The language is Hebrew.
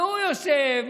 והוא יושב,